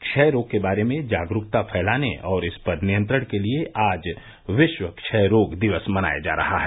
क्षय रोग के बारे में जागरूकता फैलाने और इस पर नियंत्रण के लिए आज विश्व क्षय रोग दिवस मनाया जा रहा है